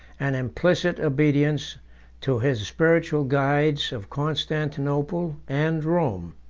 and implicit obedience to his spiritual guides of constantinople and rome.